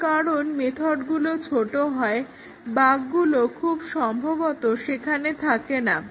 তারকারণ মেথডগুলো ছোট হয় বাগগুলো খুব সম্ভবত সেখানে থাকে না